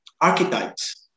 archetypes